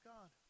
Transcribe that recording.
God